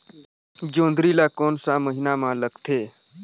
जोंदरी ला कोन सा महीन मां लगथे?